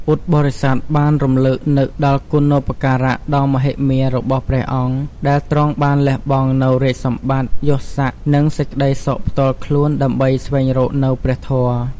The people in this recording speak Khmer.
ពុទ្ធបរិស័ទបានរឭកនឹកដល់គុណូបការៈដ៏មហិមារបស់ព្រះអង្គ ដែលទ្រង់បានលះបង់នូវរាជសម្បត្តិ យសស័ក្ដិ និងសេចក្ដីសុខផ្ទាល់ខ្លួន ដើម្បីស្វែងរកនូវព្រះធម៌។